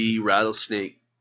rattlesnake